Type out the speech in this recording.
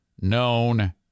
known